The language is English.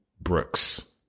Brooks